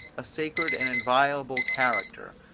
a sacred and inviolable character,